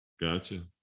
Gotcha